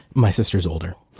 my sister is older.